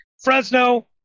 Fresno